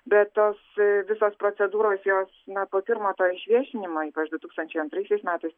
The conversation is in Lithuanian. bet tos visos procedūros jos na po pirmo to išviešinimo ypač po du tūkstančiai antraisiais metais